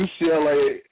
UCLA